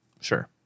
Sure